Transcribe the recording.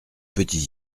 petits